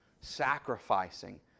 sacrificing